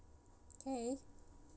okay